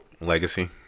legacy